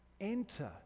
Enter